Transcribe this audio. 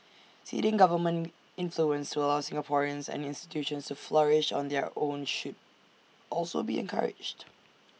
ceding government influence to allow Singaporeans and institutions flourish on their own should also be encouraged